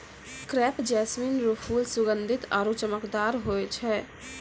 crepe jasmine रो फूल सुगंधीत आरु चमकदार होय छै